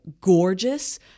gorgeous